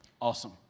awesome